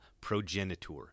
progenitor